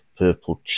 Purple